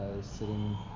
sitting